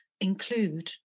include